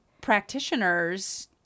practitioners –